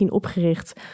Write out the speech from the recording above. opgericht